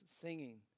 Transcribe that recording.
singing